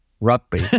rugby